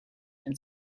and